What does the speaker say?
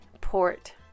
Port